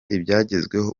ibyagezweho